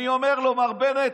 אני אומר לו: מר בנט,